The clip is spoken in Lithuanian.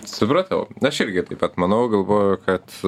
supratau na aš irgi taip pat manau galvoju kad